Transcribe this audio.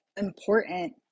important